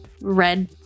red